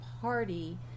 party